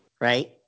right